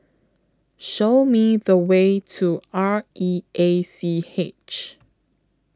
Show Me The Way to R E A C H